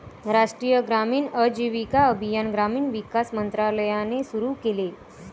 राष्ट्रीय ग्रामीण आजीविका अभियान ग्रामीण विकास मंत्रालयाने सुरू केले